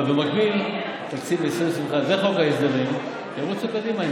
אבל במקביל תקציב 2021 וחוק ההסדרים ירוצו קדימה,